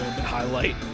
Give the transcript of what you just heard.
highlight